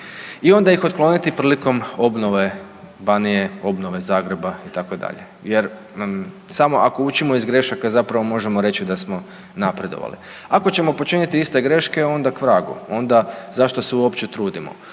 i onda ih otkloniti prilikom obnove Banije, obnove Zagreba itd. Jer samo ako učimo iz grešaka zapravo možemo reći da smo napredovali. Ako ćemo počiniti iste greške onda k vragu, onda zašto se uopće trudimo.